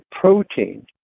protein